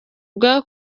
bwa